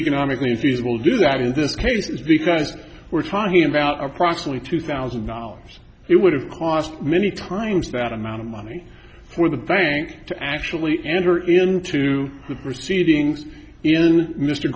economically feasible to do that in this case because we're talking about approximately two thousand dollars it would have cost many times that amount of money for the bank to actually enter into the proceedings in mr